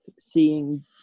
seeing